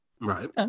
Right